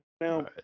Now